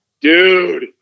dude